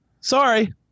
sorry